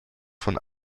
von